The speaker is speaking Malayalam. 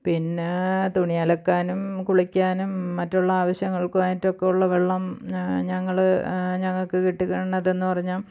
പിന്നെ തുണി അലക്കാനും കുളിക്കാനും മറ്റുള്ള ആവശ്യങ്ങള്ക്കും ആയിട്ടൊക്കെ ഉള്ള വെള്ളം ഞാൻ ഞങ്ങൾ ഞങ്ങൾക്ക് കിട്ടി കൊണ്ട് അതെന്ന് പറഞ്ഞാൽ